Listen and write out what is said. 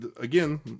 again